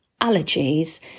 allergies